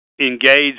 engage